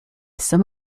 some